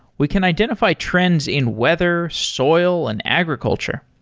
we can identify trends in weather, soil and agriculture.